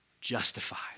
justified